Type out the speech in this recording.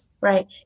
right